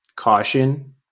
caution